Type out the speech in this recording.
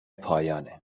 پایانه